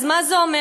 אז מה זה אומר?